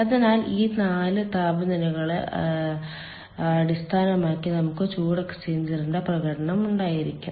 അതിനാൽ ഈ 4 താപനിലകളെ അടിസ്ഥാനമാക്കി നമുക്ക് ചൂട് എക്സ്ചേഞ്ചറിന്റെ പ്രകടനം ഉണ്ടായിരിക്കണം